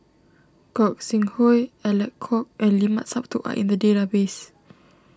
Gog Sing Hooi Alec Kuok and Limat Sabtu are in the database